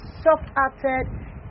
soft-hearted